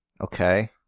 Okay